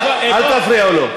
אל תפריעו לו.